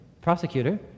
Prosecutor